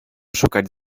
szukać